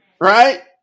Right